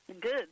good